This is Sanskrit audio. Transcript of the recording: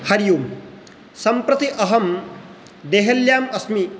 हरिः ओं सम्प्रति अहं देहल्याम् अस्मि